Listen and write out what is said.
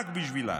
רק בשבילה,